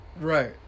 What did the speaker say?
Right